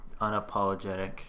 unapologetic